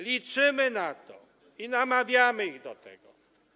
Liczymy na to i namawiamy ich do tego.